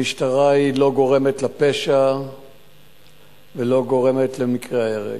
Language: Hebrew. המשטרה לא גורמת לפשע ולא גורמת למקרי ההרג.